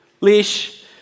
leash